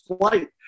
flight